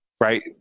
right